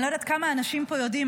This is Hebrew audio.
אני לא יודעת כמה אנשים פה יודעים,